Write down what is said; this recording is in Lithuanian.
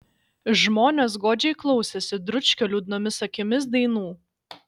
žmonės godžiai klausėsi dručkio liūdnomis akimis dainų